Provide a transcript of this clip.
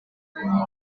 grow